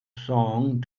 song